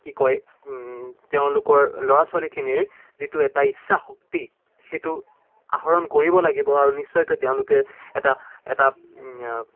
কি কয় তেওঁলোকৰ ল'ৰা ছোৱালীখিনিৰ যিটো এটা ইচ্ছা শক্তি সেইটো আহৰণ কৰিব লাগিব আৰু নিশ্চয়কৈ তেওঁলোকে এটা এটা